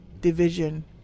division